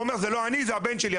הוא אומר "זה לא אני, זה הבן שלי".